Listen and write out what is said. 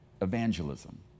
evangelism